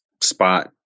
spot